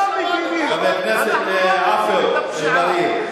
חבר הכנסת עפו אגבאריה.